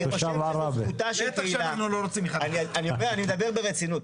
בטח שאנחנו לא רוצים --- אני מדבר ברצינות.